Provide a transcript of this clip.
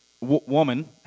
woman